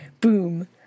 Boom